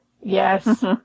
Yes